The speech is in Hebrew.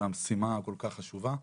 למשימה הכל כך חשובה.